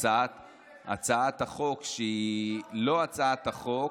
הצעת החוק, שהיא לא הצעת החוק,